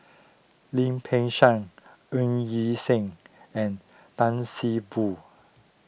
Lim Peng Siang Ng Yi Sheng and Tan See Boo